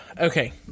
Okay